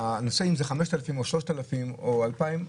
הנושא אם זה 5,000 או 3,000 או 2,000,